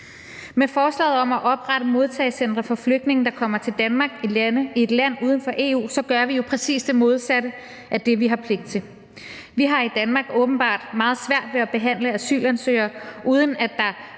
Med forslaget om at oprette modtagecentre for flygtninge, der kommer til Danmark, i et land uden for EU gør vi jo præcis det modsatte af det, vi har pligt til. Vi har i Danmark åbenbart meget svært ved at behandle asylansøgere, uden at der